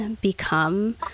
become